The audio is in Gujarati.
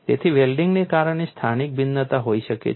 તેથી વેલ્ડિંગને કારણે સ્થાનિક ભિન્નતા હોઈ શકે છે